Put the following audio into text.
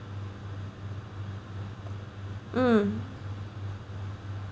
mm